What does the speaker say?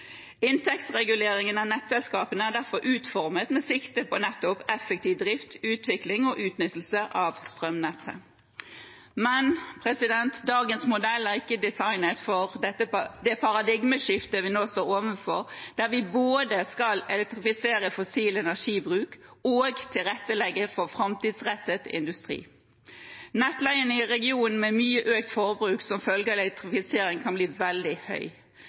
av nettselskapene er derfor utformet med sikte på nettopp effektiv drift, utvikling og utnyttelse av strømnettet. Men dagens modell er ikke designet for det paradigmeskiftet vi nå står overfor, der vi både skal elektrifisere fossil energibruk og tilrettelegge for framtidsrettet industri. Nettleien i regioner med mye økt forbruk som følge av elektrifisering kan bli veldig høy.